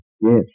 yes